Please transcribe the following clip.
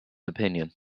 opinion